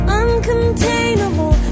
uncontainable